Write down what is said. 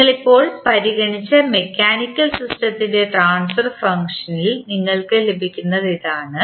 നിങ്ങൾ ഇപ്പോൾ പരിഗണിച്ച മെക്കാനിക്കൽ സിസ്റ്റത്തിൻറെ ട്രാൻസ്ഫർ ഫങ്ക്ഷനിൽ നിങ്ങൾക്ക് ലഭിക്കുന്നത് ഇതാണ്